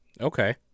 Okay